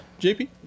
JP